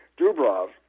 Dubrov